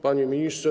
Panie Ministrze!